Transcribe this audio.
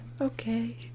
Okay